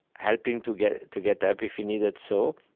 help him to get to get up if he needed so.